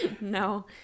no